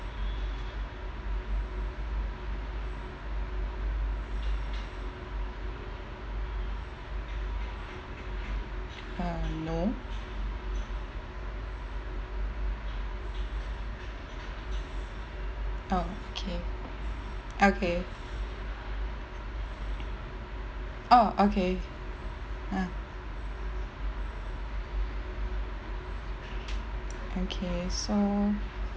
um no okay okay oh okay ugh okay so